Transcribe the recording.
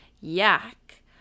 yak